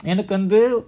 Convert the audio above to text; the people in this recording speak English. and a conveyor